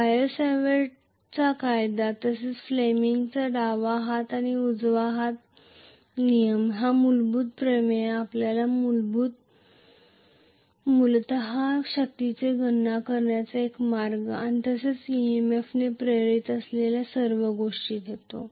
Biot सावर्टचा Biot Savart's कायदा तसेच फ्लेमिंगचा डावा हात आणि उजवा हात नियम हा मूलभूत प्रमेय आपल्याला मूलतः शक्तीची गणना करण्याचा एक मार्ग आणि तसेच EMF ने प्रेरित असलेल्या सर्व गोष्टी देतो